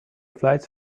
flights